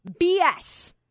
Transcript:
BS